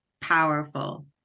powerful